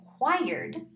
required